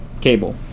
Cable